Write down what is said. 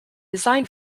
design